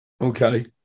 Okay